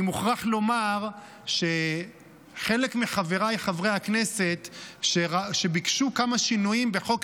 אני מוכרח לומר שחלק מחבריי חברי הכנסת שביקשו כמה שינויים בחוק